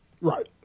Right